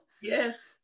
Yes